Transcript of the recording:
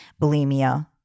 bulimia